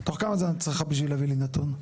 כמה זמן את צריכה בשביל להביא לי נתון?